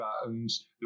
buttons